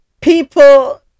people